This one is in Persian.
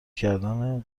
کردن